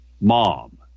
Mom